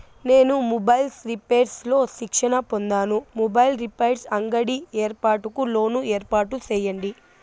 నేను mobiles repairs లో శిక్షణ పొందాను, మొబైల్ రిపైర్స్ అంగడి ఏర్పాటుకు లోను ఏర్పాటు సేయండి?